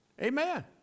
Amen